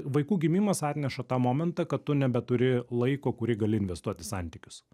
vaikų gimimas atneša tą momentą kad tu nebeturi laiko kurį gali investuot į santykius